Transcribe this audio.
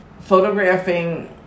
photographing